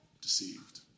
Deceived